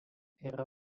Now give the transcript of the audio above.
yra